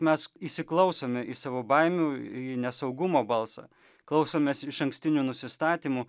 mes įsiklausome į savo baimių nesaugumo balsą klausomės išankstinių nusistatymų